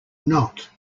not